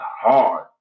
hard